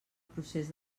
procés